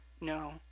no